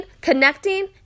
connecting